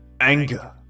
anger